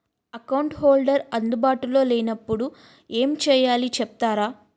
Account holder అందు బాటులో లే నప్పుడు ఎం చేయాలి చెప్తారా?